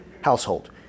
household